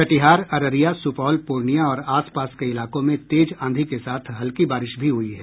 कटिहार अररिया सुपौल पूर्णियां और आस पास के इलाकों में तेज आंधी के साथ हल्की बारिश भी हुई है